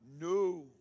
No